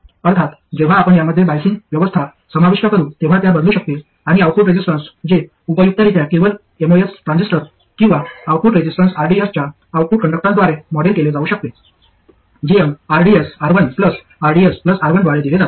अर्थात जेव्हा आपण यामध्ये बाईजिंग व्यवस्था समाविष्ट करू तेव्हा त्या बदलू शकतील आणि आउटपुट रेसिस्टन्स जे उपयुक्तरीत्या केवळ एमओएस ट्रान्झिस्टर किंवा आउटपुट रेझिस्टन्स rds च्या आउटपुट कंडक्टन्सद्वारे मॉडेल केले जाऊ शकते gmrdsR1rdsR1 द्वारे दिले जाते